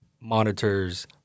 monitors